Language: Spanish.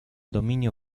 dominio